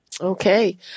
Okay